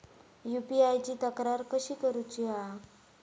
UPI ची तक्रार कशी करुची हा?